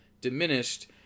diminished